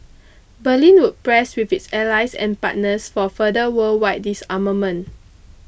Berlin would press with its allies and partners for further worldwide disarmament